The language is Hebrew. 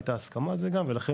הייתה הסכמה על זה גם ולכן,